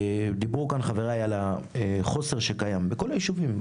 דיברו כאן חבריי על החוסר שקיים בכל היישובים.